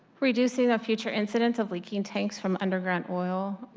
reducing the future incidents of leaking tanks from underground oil,